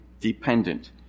dependent